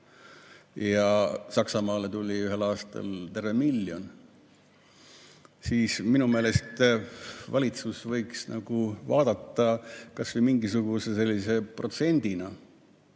ja Saksamaale tuli ühel aastal terve miljon. Minu meelest valitsus võiks vaadata kas või mingisuguse sellise protsendina